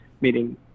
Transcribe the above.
meeting